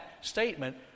statement